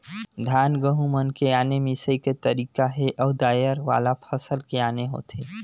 धान, गहूँ मन के आने मिंसई के तरीका हे अउ दायर वाला फसल के आने होथे